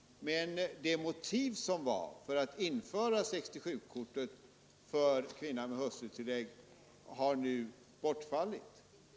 Men det motiv som fanns för införande av 67-kort för kvinnan med hustrutillägg har nu bortfallit.